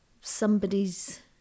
somebody's